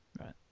Right